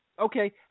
Okay